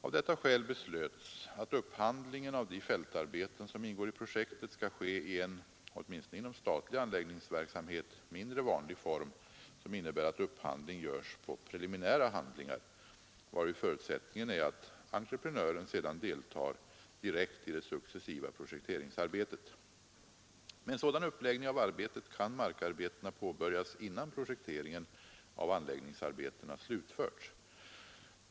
Av detta skäl beslöts att upphandlingen av de fältarbeten som ingår i projektet skall ske i en — åtminstone inom statlig anläggningsverksamhet — mindre vanlig form, som innebär att upphandling görs på preliminära handlingar, varvid förutsättningen är att entreprenören sedan deltar direkt i det successiva projekteringsarbetet. Med en sådan uppläggning av arbetet kan markarbetena påbörjas innan projekteringen av anläggningsarbetena slutförts.